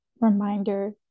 reminder